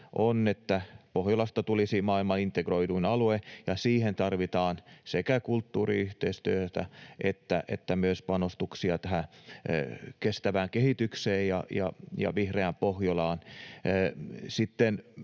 on, että Pohjolasta tulisi maailman integroiduin alue, ja siihen tarvitaan sekä kulttuuriyhteistyötä että myös panostuksia tähän kestävään kehitykseen ja vihreään Pohjolaan.